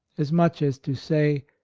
as much as to say,